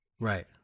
Right